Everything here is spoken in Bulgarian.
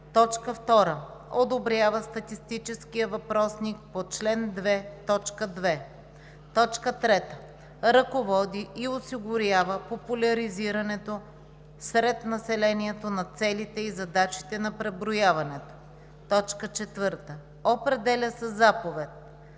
2. одобрява статистическия въпросник по чл. 2, т. 2; 3. ръководи и осигурява популяризирането сред населението на целите и задачите на преброяването; 4. определя със заповед: